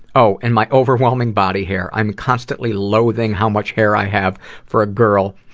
oh, and my overwhelming body hair. i'm constantly loathing how much hair i have for a girl.